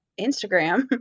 Instagram